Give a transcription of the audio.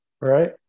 right